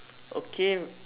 okay